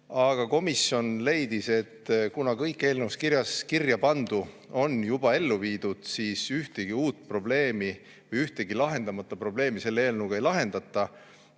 Aga komisjon leidis, et kuna kõik eelnõus kirjapandu on juba ellu viidud, ühtegi uut probleemi, ühtegi lahendamata probleemi selle eelnõuga ei lahendata.